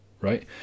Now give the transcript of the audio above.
right